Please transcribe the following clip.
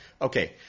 okay